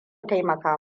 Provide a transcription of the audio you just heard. taimaka